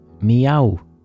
meow